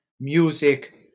music